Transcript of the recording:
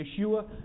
Yeshua